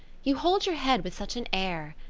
you hold your head with such an air.